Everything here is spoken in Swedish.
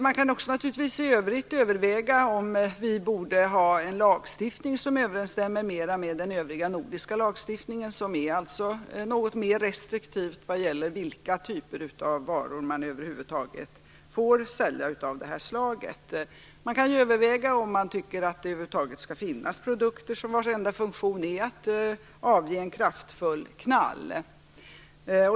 Man kan naturligtvis också i övrigt överväga om vi borde ha en lagstiftning som överensstämmer mera med den övriga nordiska lagstiftningen, som alltså är något mer restriktiv vad gäller vilka typer av varor av det här slaget som över huvud taget får säljas. Man kan överväga om det över huvud taget skall finnas produkter vilkas enda funktion är att avge en kraftfull knall.